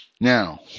now